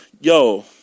yo